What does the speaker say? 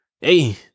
hey